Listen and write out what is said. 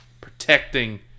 protecting